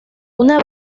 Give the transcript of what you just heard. una